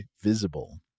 Visible